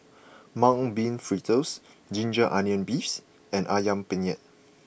Mung Bean Fritters Ginger Onions Beefs and Ayam Penyet